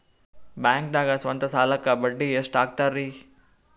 ಬ್ಯಾಂಕ್ದಾಗ ಸ್ವಂತ ಸಾಲಕ್ಕೆ ಬಡ್ಡಿ ಎಷ್ಟ್ ಹಕ್ತಾರಿ?